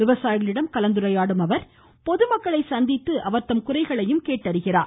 விவசாயிகளிடம் கலந்துரையாடும் அவர் பொதுமக்களை சந்தித்து அவர்களின் குறைகளையும் கேட்டறிகிறார்